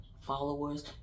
followers